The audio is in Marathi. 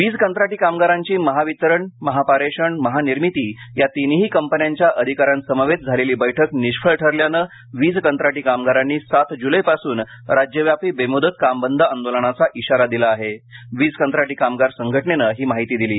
वीज कंत्राटी कामगारांची महावितरण महापारेषण महानिर्मिती या तीनही कंपन्यांच्या अधिका यांसमवेत झालेली बैठक निष्फळ ठरल्याने वीज कंत्राटी कामगारांनी सात ज्लैपासून राज्यव्यापी बेमूदत काम बंद आंदोलनाचा इशारा दिला वीज कंत्राटी कामगार संघटनेने दिला आहे